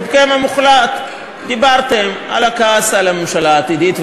רובכם המוחלט דיברתם על הכעס על הממשלה העתידית,